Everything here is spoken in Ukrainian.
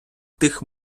тих